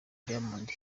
diamond